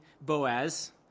Boaz